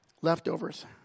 Leftovers